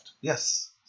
Yes